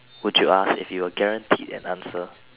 would you ask if you were guaranteed an answer